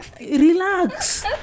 Relax